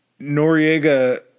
Noriega